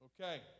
Okay